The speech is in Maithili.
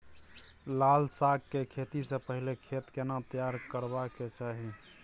लाल साग के खेती स पहिले खेत केना तैयार करबा के चाही?